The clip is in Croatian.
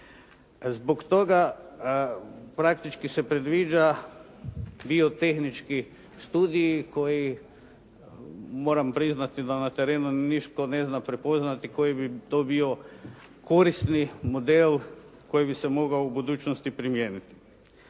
Zbog toga praktički se predviđa biotehnički studiji koji, moram priznati da na terenu nitko ne zna prepoznati koji bi to bio korisni model koji bi se mogao u budućnosti primijeniti.